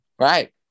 Right